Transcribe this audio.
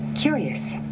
Curious